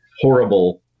Horrible